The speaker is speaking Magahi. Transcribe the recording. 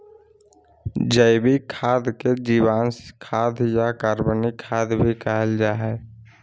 जैविक खाद के जीवांश खाद या कार्बनिक खाद भी कहल जा हइ